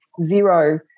zero